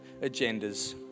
agendas